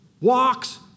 walks